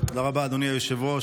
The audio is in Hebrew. תודה רבה, אדוני היושב-ראש.